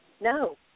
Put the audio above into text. No